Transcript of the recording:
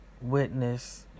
witness